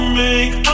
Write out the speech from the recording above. make